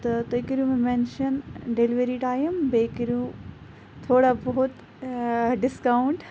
تہٕ تُہۍ کٔرِو مےٚ مٮ۪نشَن ڈیلؤری ٹایم بیٚیہِ کٔرِو تھوڑا بہت ڈِسکاوُنٛٹ